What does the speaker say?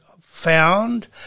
found